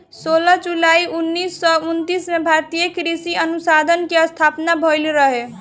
सोलह जुलाई उन्नीस सौ उनतीस में भारतीय कृषि अनुसंधान के स्थापना भईल रहे